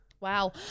Wow